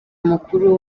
mukuru